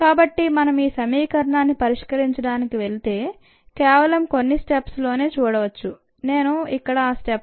కాబట్టి మనం ఈ సమీకరణాన్ని పరిష్కరించడానికి వెళితే కేవలం కొన్నిస్టెప్స్లోనే చూడొచ్చు నేను ఇక్కడ ఆ స్టెప్స్ను రాశాను